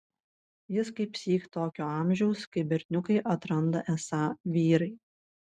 jis kaipsyk tokio amžiaus kai berniukai atranda esą vyrai